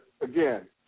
again